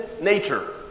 nature